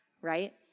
right